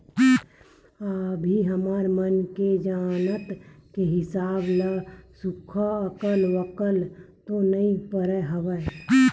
अभी हमर मन के जानती के हिसाब ले सुक्खा अकाल वकाल तो नइ परे हवय